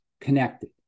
connected